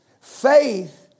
Faith